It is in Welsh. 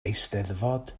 eisteddfod